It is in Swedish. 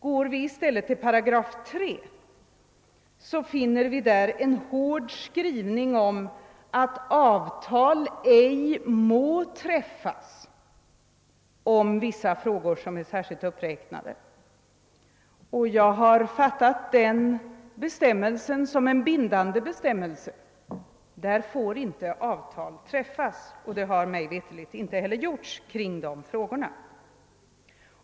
Går vi i stället till 3 8, finner vi där en hård skrivning om att »avtal må ej träffas» om vissa frågor som är särskilt uppräknade, och jag har fattat denna bestämmelse som bindande. Enligt denna får inte avtal träffas, och det har mig veterligt inte heller gjorts i dessa frågor.